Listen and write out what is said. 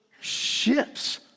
ships